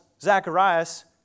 Zacharias